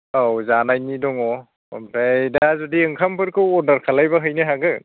औ जानायनि दङ ओमफ्राय दा जुदि ओंखामफोरखौ अर्दार खालायबा हैनो हागोन